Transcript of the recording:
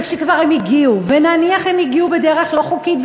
וכשכבר הם כבר הגיעו ונניח שהם הגיעו בדרך לא חוקית,